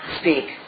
speak